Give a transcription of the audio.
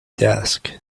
desk